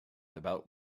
about